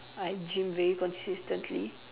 I gym very consistently